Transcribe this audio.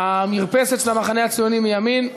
המרפסת של המחנה הציוני מימין,